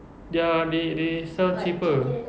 their they they sell cheaper